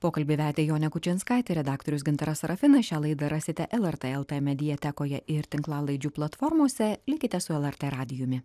pokalbį vedė jonė kučinskaitė redaktorius gintaras sarafinas šią laidą rasite lrt el t mediatekoje ir tinklalaidžių platformose likite su lrt radijumi